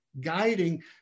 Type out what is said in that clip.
guiding